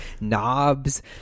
knobs